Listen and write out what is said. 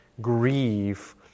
grieve